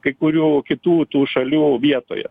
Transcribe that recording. kai kurių kitų tų šalių vietoje